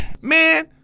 Man